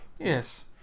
Yes